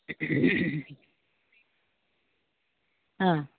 ആ